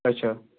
اَچھا